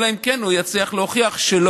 אלא אם כן הוא יצליח להוכיח שלא,